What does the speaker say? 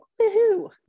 woohoo